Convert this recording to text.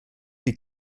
die